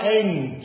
end